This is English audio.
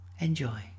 Enjoy